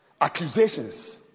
accusations